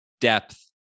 depth